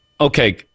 Okay